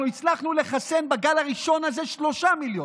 אנחנו הצלחנו לחסן בגל הראשון הזה שלושה מיליון.